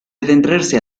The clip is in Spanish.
adentrarse